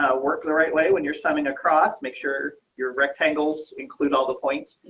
ah work the right way when you're swimming across. make sure your rectangles include all the points.